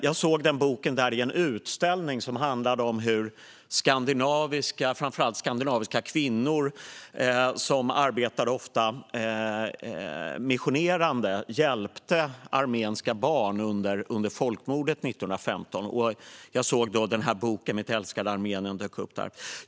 Jag såg boken i en utställning där, som handlar om hur framför allt skandinaviska kvinnor, som ofta arbetade missionerande, hjälpte armeniska barn under folkmordet 1915. Boken Mitt älskade Armenien dök upp där.